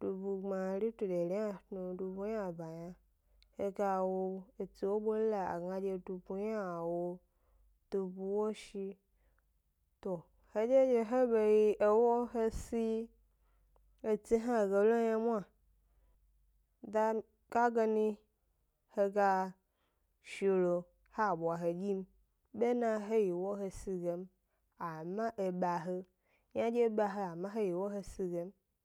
dubu gbmari tu dari ynatnu, dubu yna ba yna he ga wo etsi wo bole a gna dubu ynawo, dubu woshi, to hedye dye he be yi ewo he si etsi hna ge lo m yna mwa, da, ka gani he ga shi lo ha bwa he dyi m, bena he yi wo he si ge m, ama e ba he, ynadye ba he ama he yi wo he si ge m.